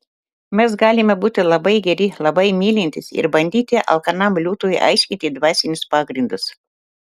mes galime būti labai geri labai mylintys ir bandyti alkanam liūtui aiškinti dvasinius pagrindus